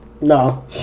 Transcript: No